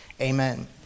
Amen